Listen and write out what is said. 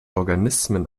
organismen